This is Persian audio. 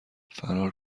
فرار